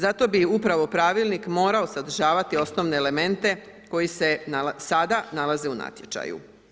Zato bi upravo pravilnik morao sadržavati osnovne elemente koji se sada nalaze u natječaju.